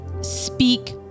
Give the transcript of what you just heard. speak